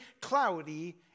cloudy